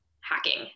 hacking